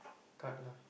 card lah